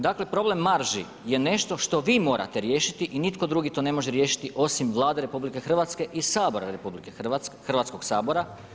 Dakle problem marži je nešto što vi morate riješiti i nitko drugo to ne može riješiti osim Vlade RH i Hrvatskog sabora.